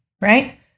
right